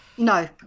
No